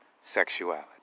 sexuality